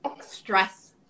stress